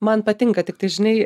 man patinka tiktai žinai